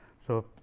so,